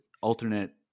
alternate